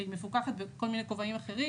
שהיא מפוקחת בכל מיני כובעים אחרים,